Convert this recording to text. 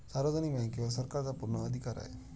सार्वजनिक बँकेवर सरकारचा पूर्ण अधिकार आहे